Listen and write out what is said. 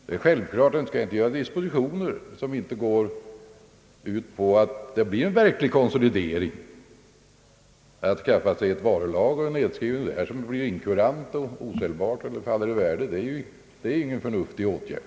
Det är självklart att man inte skall göra dispositioner som inte går ut på att det blir en verklig konsolidering. Att skaffa sig ett varulager och därefter nedskriva det så att det blir inkurant, faller i värde eller blir osäljbart, det är ingen förnuftig åtgärd.